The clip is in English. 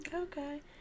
Okay